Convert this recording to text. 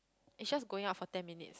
it's just going up for ten minutes